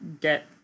get